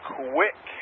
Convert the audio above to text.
quick